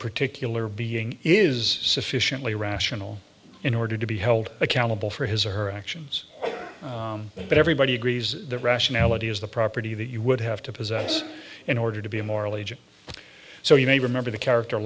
particular being is sufficiently rational in order to be held accountable for his or her actions but everybody agrees that rationality is the property that you would have to possess in order to be a moral agent so you may remember the character